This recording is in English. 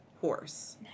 horse